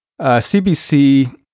CBC